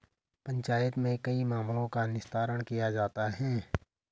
पंचायत में कई मामलों का निस्तारण किया जाता हैं